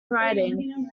writing